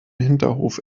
hinterhof